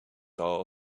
all